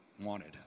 wanted